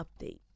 update